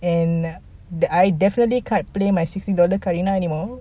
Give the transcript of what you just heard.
and then I definitely can't play sixty dollar karina anymore